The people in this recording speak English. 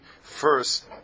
first